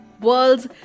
World's